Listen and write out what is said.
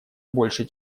больше